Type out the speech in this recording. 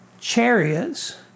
chariots